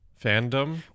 fandom